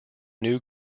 new